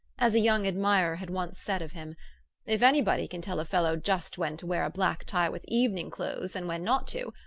as a young admirer had once said of him if anybody can tell a fellow just when to wear a black tie with evening clothes and when not to,